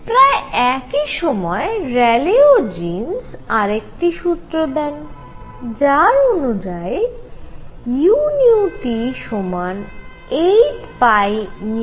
প্রায় একই সময়ে র্যালে ও জীন্স আরেকটি সূত্র দেন যার অনুযায়ী u সমান 8π3kTc3